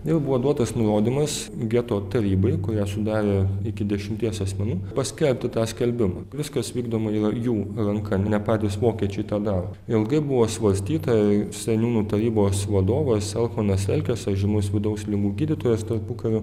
jau buvo duotas nurodymas geto tarybai kurią sudarė iki dešimties asmenų paskelbti tą skelbimą viskas vykdoma yra jų ranka ne patys vokiečiai tą daro ilgai buvo svarstyta seniūnų tarybos vadovas elfonas elkesa žymus vidaus ligų gydytojas tarpukariu